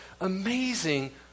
amazing